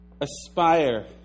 Aspire